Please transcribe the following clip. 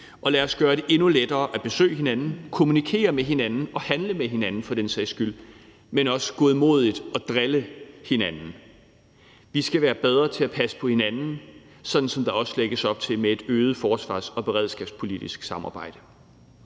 og lad os gøre det endnu lettere at besøge hinanden, kommunikere med hinanden og for den sags skyld handle med hinanden, men også godmodigt at drille hinanden. Vi skal være bedre til at passe på hinanden, sådan som der også lægges op til med et øget forsvars- og beredskabspolitisk samarbejde.